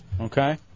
okay